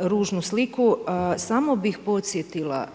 ružnu sliku. Samo bih podsjetila